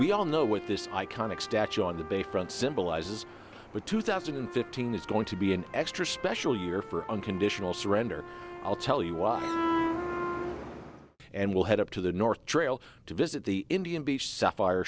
we all know what this iconic statue on the bay front symbolizes but two thousand and fifteen is going to be an extra special year for unconditional surrender i'll tell you why and we'll head up to the north trail to visit the indian beach sapphire